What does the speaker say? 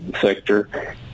sector